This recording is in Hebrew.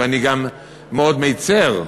ואני גם מאוד מצר,